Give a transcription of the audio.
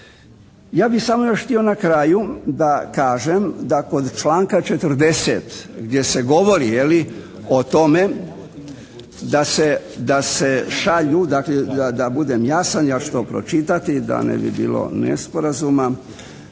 Ja bih samo još htio na kraju da kažem da kod članka 40. gdje se govori o tome da se šalju, dakle da budem jasan ja ću to pročitati da ne bi bilo nesporazuma.